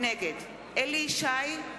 נגד אליהו ישי,